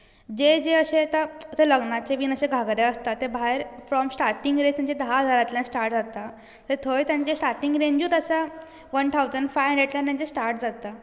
जे जे अशे येता लग्नाचे बी असे घागरे आसता ते भायर फ्रोम स्टाटींग ताची रेट आसा धा हजारांतल्यान जाता थंय तांची स्टाटींग रेंजच आसा वन ठावजन फायहंड्रेड्रांच्यान स्टार्ट जाता